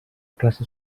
classe